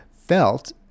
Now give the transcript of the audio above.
felt